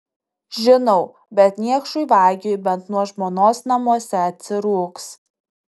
žinau bet niekšui vagiui bent nuo žmonos namuose atsirūgs